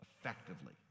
effectively